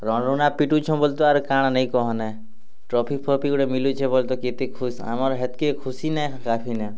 ରନରୁନା ପିଟୁଛୁଁ ବୋଲି ତ ଆର କାଣା ନେଇଁ କହ ନାଁ ଟ୍ରଫିଫଫି ଗୋଟେ ମିଲୁଛେ ବୋଲି ତ କେତେ ଖୁସ୍ ଆମର ହେତକି ଖୁସିନେ କାଫି ନେ